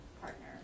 partner